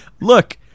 look